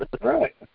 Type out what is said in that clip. Right